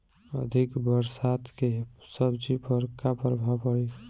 अधिक बरसात के सब्जी पर का प्रभाव पड़ी?